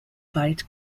byte